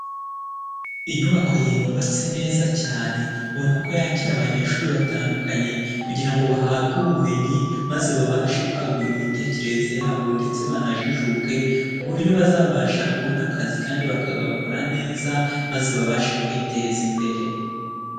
Inyubako yebatse neza cyane ubona ko yakira abanyeshuri batandukanye kugira ngo bahabwe ubumenyi, maze babashe kwagura imitekerereze yabo ndetse banajijuke, ku buryo bazabasha kubona akazi kandi bakagakora neza, maze babashe kwiteza imbere.